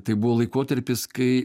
tai buvo laikotarpis kai